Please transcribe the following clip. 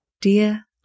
Dear